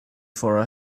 for